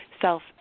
self